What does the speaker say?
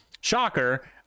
shocker